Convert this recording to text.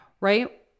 right